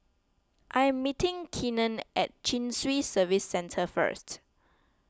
I am meeting Keenen at Chin Swee Service Centre first